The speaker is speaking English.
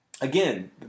Again